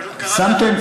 פשוט קראתם,